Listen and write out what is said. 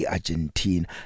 Argentina